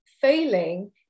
failing